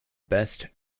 best